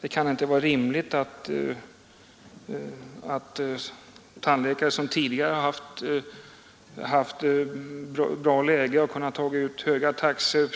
Det kan inte vara rimligt att tandläkare som tidigare har haft bra läge och kunnat ta ut höga taxor